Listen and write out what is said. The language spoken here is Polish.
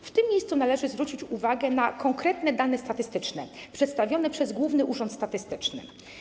W tym miejscu należy zwrócić uwagę na konkretne dane statystyczne przedstawione przez Główny Urząd Statystyczny.